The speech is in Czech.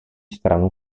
stranu